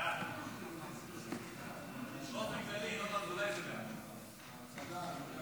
ההצעה להעביר את הנושא לוועדת הכספים